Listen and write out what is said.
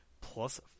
plus